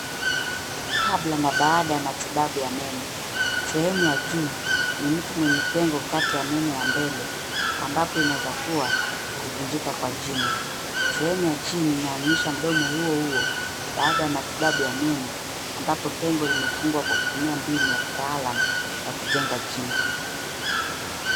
Kabla na baada ya matibabu ya meno: Sehemu ya juu ni mtu mwenye pengo kati ya meno ya mbele, ambapo inaweza kuwa ni kuvunjika kwa jino. Sehemu ya chini inaonyesha mdomo huo baada ya matibabu ambapo pengo limefungwa kwa kutumia mbinu ya kitaalamu ya kujenga jino.